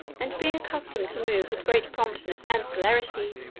and being accustomed to move with great promptness and celerity,